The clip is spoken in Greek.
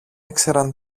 ήξεραν